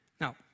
Now